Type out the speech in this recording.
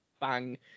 bang